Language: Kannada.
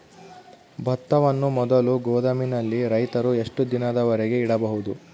ಭತ್ತವನ್ನು ಮೊದಲು ಗೋದಾಮಿನಲ್ಲಿ ರೈತರು ಎಷ್ಟು ದಿನದವರೆಗೆ ಇಡಬಹುದು?